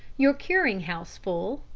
your curing house full,